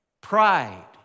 pride